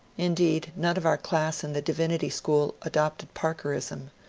indeed, none of our class in the divinity school adopted parkerism,